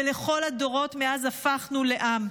ולכל הדורות מאז הפכנו לעם.